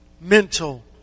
Mental